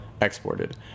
exported